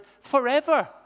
forever